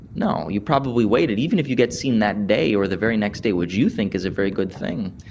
no, you probably waited. even if you get seen that day or the very next day, which you think is a very good thing,